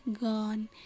gone